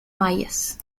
mayas